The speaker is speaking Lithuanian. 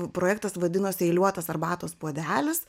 projektas vadinosi eiliuotas arbatos puodelis